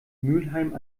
mülheim